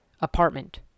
apartment